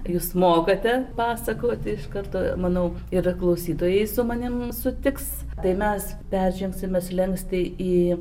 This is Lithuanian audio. jūs mokate pasakoti iš karto manau ir klausytojai su manim sutiks tai mes peržengsime slenkstį į